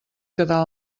quedar